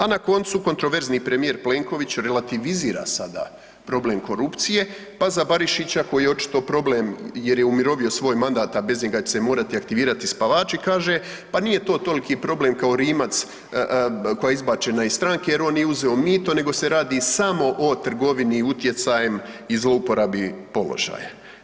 A na koncu kontraverzni premijer Plenković relativizira sada problem korupcije pa za Barišića koji je očito problem jer je umirovio svoj mandat a bez njega će se morati aktivirati spavači, kaže, pa nije to toliki problem kao Rimac koja je izbačena iz stranke jer on nije uzeo mito nego se radi samo o trgovini utjecajem i zlouporabi položaja.